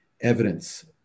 evidence